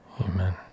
Amen